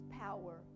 power